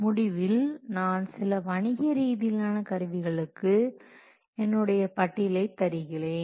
முடிவில் நான் சில வணிக ரீதியிலான கருவிகளுக்கு என்னுடைய பட்டியலைத் தருகிறேன்